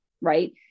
Right